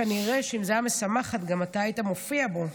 כנראה שאם הייתה בשורה משמחת גם אתה היית מופיע שם,